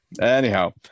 Anyhow